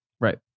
right